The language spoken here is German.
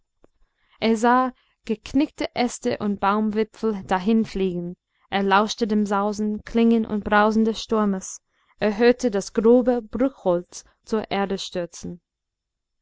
er sah geknickte äste und baumwipfel dahinfliegen er lauschte dem sausen klingen und brausen des sturmes er hörte das grobe bruchholz zur erde stürzen